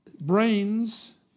brains